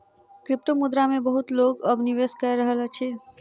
क्रिप्टोमुद्रा मे बहुत लोक अब निवेश कय रहल अछि